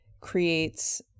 creates